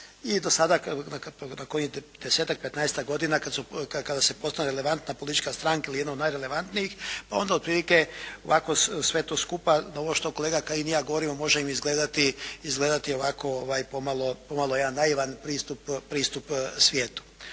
i do sada na kojih 10-tak, 15-tak godina kada se …/Govornik se ne razumije./… relevantna politička stranka ili jedna od najrelevantnijih onda otprilike ovako sve to skupa ovo što kolega Kajin i ja govorimo može im izgledati ovako pomalo jedan naivan pristup svijetu.